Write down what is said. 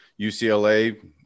UCLA